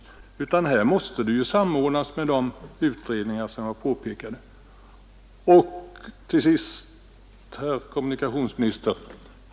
Här måste en samordning ske med de utredningar som jag nämnde. Till sist, herr kommunikationsminister!